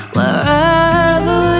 Wherever